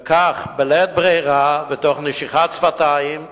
וכך, בלית ברירה, ותוך נשיכת שפתיים,